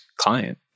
client